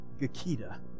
Gakita